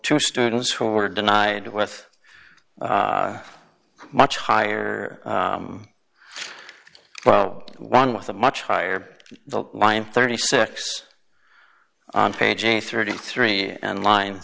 to students who were denied with a much higher well one with a much higher the line thirty six on page thirty three and line